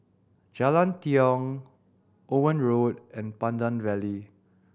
Jalan Tiong Owen Road and Pandan Valley